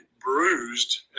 bruised